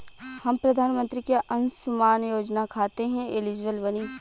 हम प्रधानमंत्री के अंशुमान योजना खाते हैं एलिजिबल बनी?